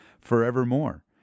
forevermore